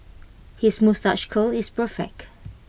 his moustache curl is perfect